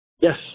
Yes